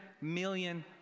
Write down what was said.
million